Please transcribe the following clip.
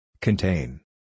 contain